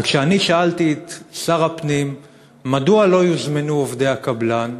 כששאלתי את שר הפנים: מדוע לא יוזמנו עובדי הקבלן?